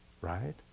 right